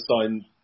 sign